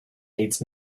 needs